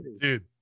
dude